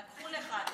לקחו לך.